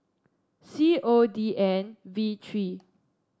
C O D N V three